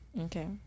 okay